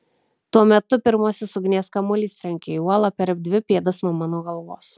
tuo metu pirmasis ugnies kamuolys trenkia į uolą per dvi pėdas nuo mano galvos